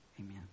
Amen